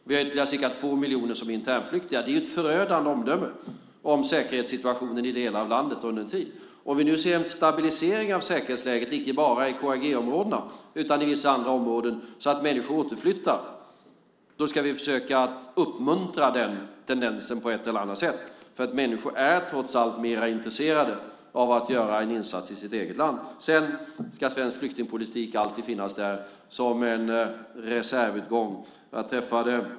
Vi har ytterligare ca 2 miljoner som är internflyktingar. Det är ett förödande omdöme om säkerhetssituationen i delar av landet under en tid. Om vi nu ser en stabilisering av säkerhetsläget, inte bara i KRG-områdena utan i vissa andra områden, så att människor återflyttar ska vi försöka att uppmuntra den tendensen på ett eller annat sätt. För människor är trots allt mer intresserade av att göra en insats i sitt eget land. Svensk flyktingpolitik ska alltid finnas där som en reservutgång.